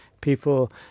people